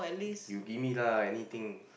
you give me lah anything